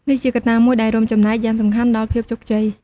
នេះជាកត្តាមួយដែលរួមចំណែកយ៉ាងសំខាន់ដល់ភាពជោគជ័យ។